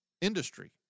industry